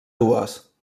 dues